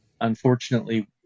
unfortunately